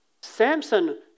Samson